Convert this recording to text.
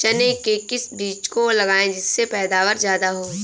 चने के किस बीज को लगाएँ जिससे पैदावार ज्यादा हो?